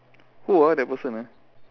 who ah that person ah